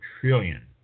trillion